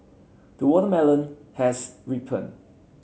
the watermelon has ripened